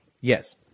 Yes